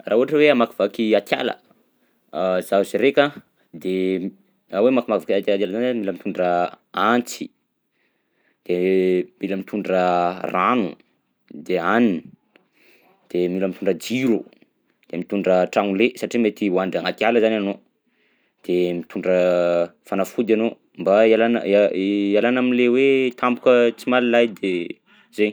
Raha ohatra hoe hamakivaky atiala zaho siraika de raha hoe mavimavika atiatiala zany a mila mitondra antsy, de mila mitondra rano de hanina de mila mitondra jiro de mitondra tragnolay satria mety hoandry agnaty ala zany ianao de mitondra fanafody ianao mba ialana ia- ialana am'le hoe tampoka tsy lehilahy de zay.